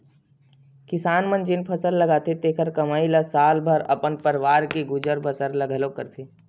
किसान मन जेन फसल लगाथे तेखरे कमई म साल भर अपन परवार के गुजर बसर ल घलोक करथे